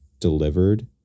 delivered